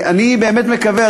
אני באמת מקווה,